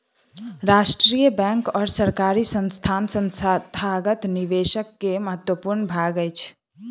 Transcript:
राष्ट्रीय बैंक और सरकारी संस्थान संस्थागत निवेशक के महत्वपूर्ण भाग अछि